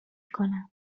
کنم